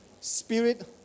Spirit